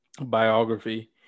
biography